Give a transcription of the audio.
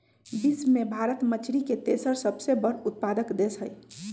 विश्व में भारत मछरी के तेसर सबसे बड़ उत्पादक देश हई